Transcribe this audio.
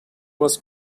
was